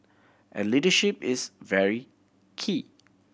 and leadership is very key